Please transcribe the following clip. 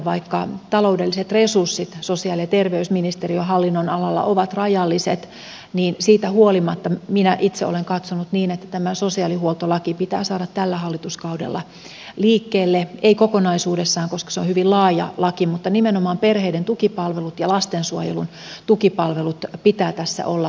vaikka taloudelliset resurssit sosiaali ja terveysministeriön hallinnonalalla ovat rajalliset niin siitä huolimatta minä itse olen katsonut niin että tämä sosiaalihuoltolaki pitää saada tällä hallituskaudella liikkeelle ei kokonaisuudessaan koska se on hyvin laaja laki mutta nimenomaan perheiden tukipalveluiden ja lastensuojelun tukipalveluiden pitää tässä olla prioriteettina